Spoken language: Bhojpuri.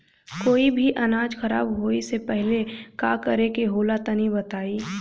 कोई भी अनाज खराब होए से पहले का करेके होला तनी बताई?